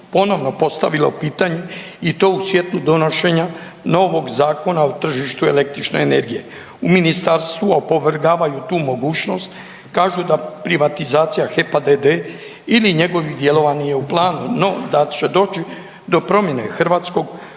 ponovno postavilo pitanje i to u svjetlu donošenje novog Zakona o tržištu električne energije. U ministarstvu opovrgavaju tu mogućnost, kažu da privatizacija HEP-a d.d. ili njegovih dijelova nije u planu no da će doći do promjene hrvatskog operatera